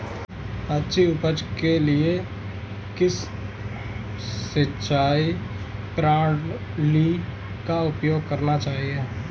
अच्छी उपज के लिए किस सिंचाई प्रणाली का उपयोग करना चाहिए?